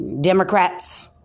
Democrats